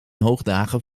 hoogdagen